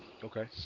Okay